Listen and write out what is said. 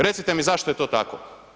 Recite mi zašto je to tako?